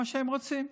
מה שהם רוצים.